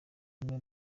rimwe